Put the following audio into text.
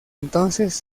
entonces